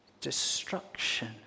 destruction